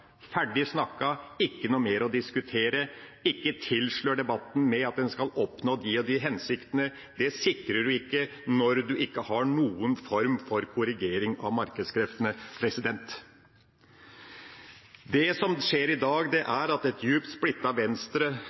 Ferdig snakka – ikke noe mer å diskutere! Ikke tilslør debatten med at en skal oppnå de og de hensiktene! Det sikrer vi ikke når vi ikke har noen form for korrigering av markedskreftene. Det som skjer i dag, er at et djupt splittet Venstre